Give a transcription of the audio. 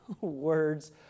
words